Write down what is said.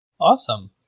Awesome